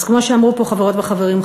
אז כמו שאמרו פה חברות וחברים,